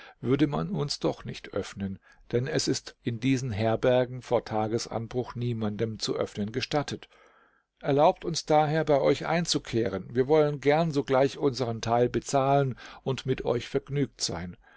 würde man uns doch nicht öffnen denn es ist in diesen herbergen vor tagesanbruch niemanden zu öffnen gestattet erlaubt uns daher bei euch einzukehren wir wollen gern sogleich unsern teil bezahlen und mit euch vergnügt sein